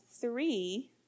three